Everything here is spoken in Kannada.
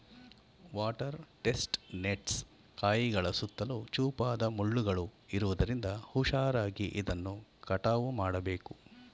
ವಾಟರ್ ಟೆಸ್ಟ್ ನೆಟ್ಸ್ ಕಾಯಿಗಳ ಸುತ್ತಲೂ ಚೂಪಾದ ಮುಳ್ಳುಗಳು ಇರುವುದರಿಂದ ಹುಷಾರಾಗಿ ಇದನ್ನು ಕಟಾವು ಮಾಡಬೇಕು